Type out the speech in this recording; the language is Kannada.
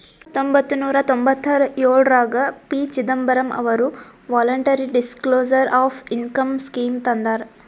ಹತೊಂಬತ್ತ ನೂರಾ ತೊಂಭತ್ತಯೋಳ್ರಾಗ ಪಿ.ಚಿದಂಬರಂ ಅವರು voluntary disclosure of income scheme ತಂದಾರ